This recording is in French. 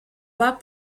bas